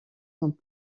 sont